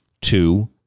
Two